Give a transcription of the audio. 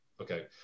okay